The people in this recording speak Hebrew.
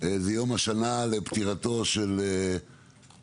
זה יום השנה לפטירתו של חבר